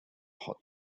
hot